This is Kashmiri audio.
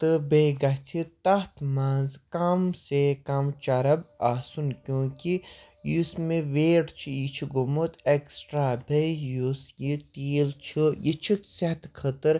تہٕ بیٚیہِ گَژھہِ تَتھ منٛز کَم سے کَم چَرٕب آسُن کیوں کہِ یُس مےٚ ویٹ چھُ یہِ چھُ گوٚمُت ایٚکٕسٹرٛا بیٚیہِ یُس یہِ تیٖل چھُ یہِ چھُ صحتہٕ خٲطٕر